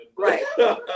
Right